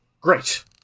Great